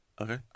Okay